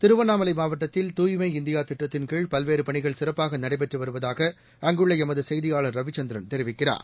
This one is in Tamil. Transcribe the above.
திருவண்ணாமலை மாவட்டத்தில் தூய்மை இந்தியா திட்டத்தின்கீழ் பல்வேறு பணிகள் சிறப்பாக நடைபெற்று வருவதாக அங்குள்ள எமது செய்தியாளர் ரவிச்சந்திரன் தெரிவிக்கிறார்